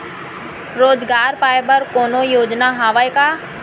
रोजगार पाए बर कोनो योजना हवय का?